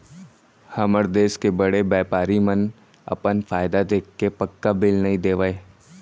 हमर देस के बड़े बैपारी मन अपन फायदा देखके पक्का बिल नइ देवय